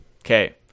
Okay